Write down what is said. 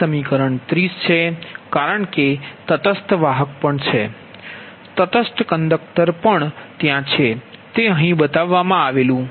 આ સમીકરણ 30 છે કારણ કે તટસ્થ વાહક પણ છે તટસ્થ કંડક્ટર પણ ત્યાં છે તે અહીં બતાવવામાં આવ્યું છે